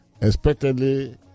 Expectedly